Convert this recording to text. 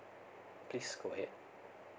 please go ahead